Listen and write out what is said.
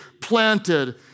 planted